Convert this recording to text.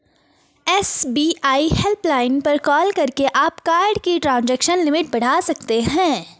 SBI helpline पर call करके आप कार्ड की ट्रांजैक्शन लिमिट बढ़ा सकते हैं